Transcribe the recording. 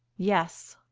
yes,